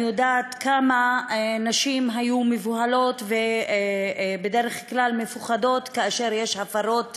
אני יודעת כמה נשים מבוהלות ובדרך כלל מפוחדות כאשר יש הפרות